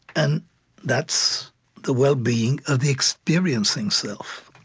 and that's the well-being of the experiencing self.